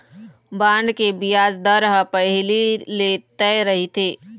bond के बियाज दर ह पहिली ले तय रहिथे